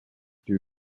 due